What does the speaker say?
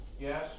Yes